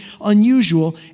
unusual